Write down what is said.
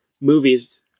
movies